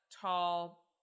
tall